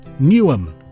Newham